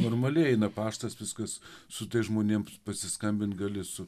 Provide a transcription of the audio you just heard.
normaliai eina paštas viskas su tais žmonėms pasiskambinti gali su